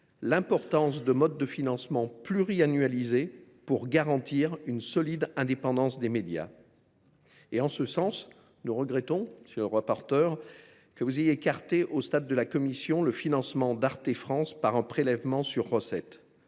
l’importance de modes de financement pluri annualisés pour garantir une solide indépendance des médias. En ce sens, nous regrettons, monsieur le rapporteur, que vous ayez écarté, en commission, la proposition de financer Arte France au travers d’un prélèvement sur recettes.